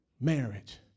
marriage